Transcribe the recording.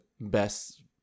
best